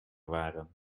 waren